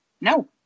No